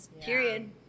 period